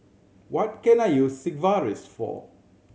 what can I use Sigvaris for